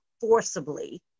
forcibly